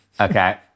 Okay